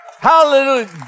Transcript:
Hallelujah